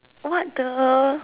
what the